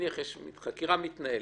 שחקירה מתנהלת,